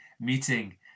meeting